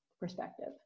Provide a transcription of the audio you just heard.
perspective